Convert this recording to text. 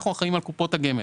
אנחנו אחראיים על קופות הגמל.